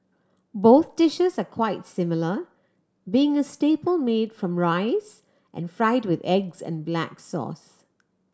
both dishes are quite similar being a staple made from rice and fried with eggs and black sauce